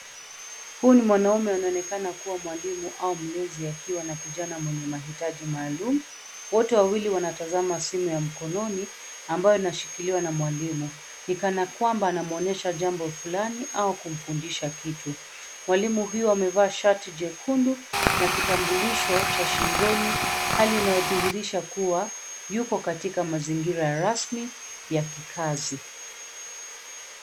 Huyu ni mwanaume anaonekana kuwa mwalimu au mlezi akiwa na kijana mwenye mahitaji maalum. Wote wawili wanatazama simu ya mkononi ambayo inashikiliwa na mwalimu. Ni kana kwamba anamwonyesha jambo fulani au kumfundisha kitu. Mwalimu huyu amevaa shati jekundu na kitambulisho cha shingoni; hali inayodhihirisha kuwa yuko katika mazingira rasmi ya kikazi.